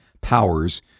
powers